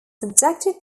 subjected